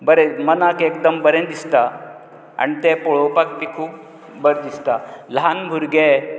बरें मनाक एकदम बरें दिसता आनी तें पळोवपाक बी खूब बरें दिसता ल्हान भुरगे